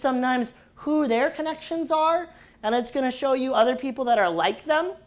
nuns who their connections are and it's going to show you other people that are like them